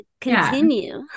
continue